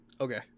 okay